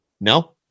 no